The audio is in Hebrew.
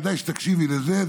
כדאי שתקשיבי לזה,